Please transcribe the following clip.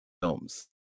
films